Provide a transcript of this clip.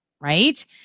right